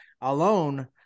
alone